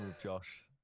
Josh